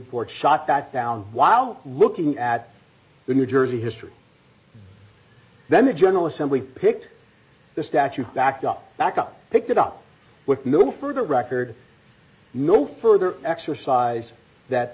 court shot back down while looking at the new jersey history then the general assembly picked the statue back up back up picked it up with no further record no further exercise that